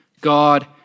God